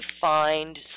find